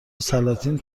سلاطین